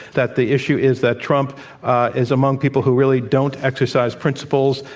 that the issue is that trump is among people who really don't exercise principles,